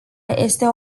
este